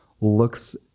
looks